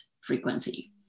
frequency